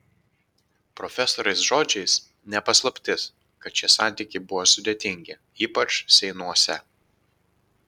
profesorės žodžiais ne paslaptis kad šie santykiai buvo sudėtingi ypač seinuose